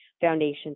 foundation